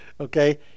okay